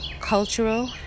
cultural